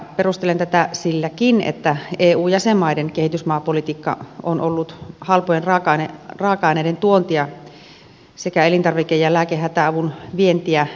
perustelen tätä silläkin että eu jäsenmaiden kehitysmaapolitiikka on ollut halpojen raaka aineiden tuontia sekä elintarvike ja lääkehätäavun vientiä